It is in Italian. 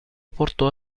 portò